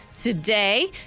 today